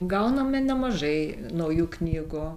gauname nemažai naujų knygų